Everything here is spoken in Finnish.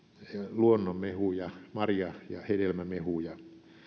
luonnonmehuja marja ja hedelmämehuja